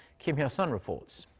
kim hyo-sun reports.